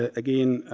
ah again,